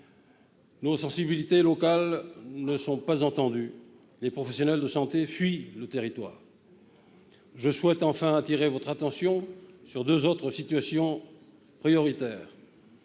Nos sensibilités locales ne sont pas entendues ; les professionnels de santé fuient le territoire. Je souhaite enfin attirer votre attention sur deux autres situations prioritaires.